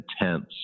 intense